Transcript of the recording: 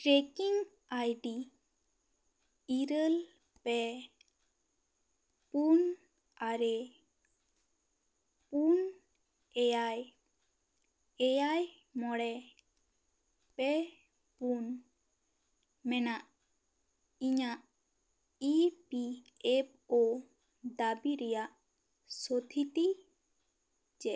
trekking ID ᱤᱨᱟᱹᱞ ᱯᱮ ᱯᱩᱱ ᱟᱨᱮ ᱯᱩᱱ ᱮᱭᱟᱭ ᱮᱭᱟᱭ ᱢᱚᱬᱮ ᱯᱮ ᱯᱩᱱ ᱢᱮᱱᱟᱜ ᱤᱧᱟᱹᱜ ᱤ ᱯᱤ ᱮᱯᱷ ᱳ ᱫᱟᱹᱵᱤ ᱨᱮᱱᱟᱜ ᱥᱚᱛᱤᱛᱷᱤ ᱪᱮᱫ